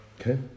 Okay